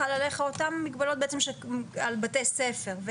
חלות עליך בעצם אותן מגבלות שעל בתי ספר.